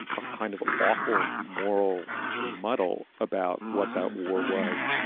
a kind of awful moral muddle about what that war was,